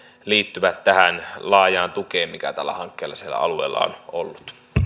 liittyvät tähän laajaan tukeen mikä tällä hankkeella siellä alueella on ollut